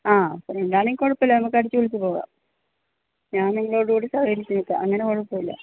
ആ അങ്ങനെ ആണെങ്കിൽ കുഴപ്പമില്ല നമുക്ക് അടിച്ചു പൊളിച്ചു പോവാം ഞാൻ നിങ്ങളോടു കൂടി സഹകരിച്ചു നിൽക്കാം അങ്ങനെ കുഴപ്പമില്ല